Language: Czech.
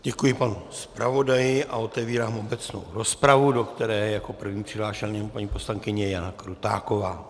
Děkuji panu zpravodaji a otevírám obecnou rozpravu, do které je jako první přihlášena paní poslankyně Jana Krutáková.